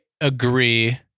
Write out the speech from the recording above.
agree